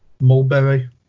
Mulberry